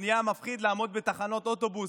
נהיה מפחיד לעמוד בתחנות אוטובוס.